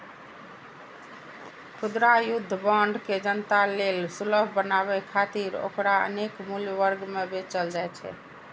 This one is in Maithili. खुदरा युद्ध बांड के जनता लेल सुलभ बनाबै खातिर ओकरा अनेक मूल्य वर्ग मे बेचल जाइ छै